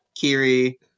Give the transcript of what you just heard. Kiri